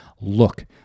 look